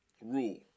rule